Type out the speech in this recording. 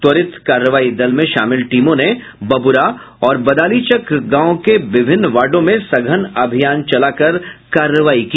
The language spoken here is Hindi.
त्वरित कार्रवाई दल में शामिल टीमों ने बबुरा और बदालीचक गांव के विभिन्न वार्डो में सघन अभियान चलाकर यह कार्रवाई की